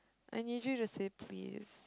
I need you to say please